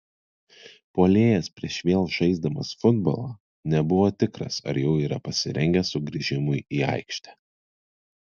puolėjas prieš vėl žaisdamas futbolą nebuvo tikras ar jau yra pasirengęs sugrįžimui į aikštę